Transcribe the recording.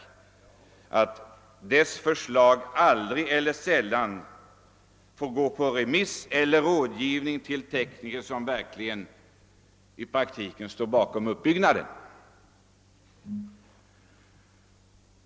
Företagsnämndernas förslag har sällan eller aldrig fått gå på remiss eller rådgivning till de tekniker som verkligen står bakom uppbyggnaden.